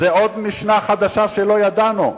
זה עוד משנה חדשה שלא ידענו,